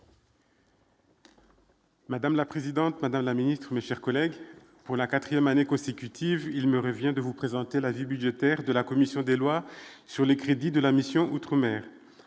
Madame la présidente, Madame la Ministre, mes chers collègues, pour la 4ème année consécutive, il me revient de vous présenter la vue budgétaire de la commission des lois sur les crédits de la mission outre-mer,